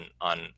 on